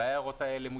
אולי הן מוצדקות?